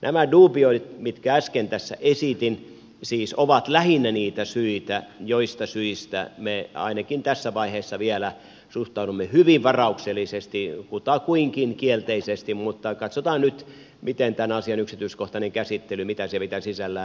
nämä duubioinnit mitkä äsken tässä esitin ovat lähinnä niitä syitä joista me ainakin tässä vaiheessa vielä suhtaudumme tähän hyvin varauksellisesti kutakuinkin kielteisesti mutta katsotaan nyt mitä tämän asian yksityiskohtainen käsittely pitää sisällään